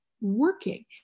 working